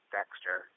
Dexter